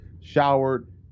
showered